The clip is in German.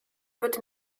wird